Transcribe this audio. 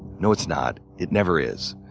no, it's not. it never is.